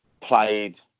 played